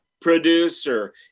producer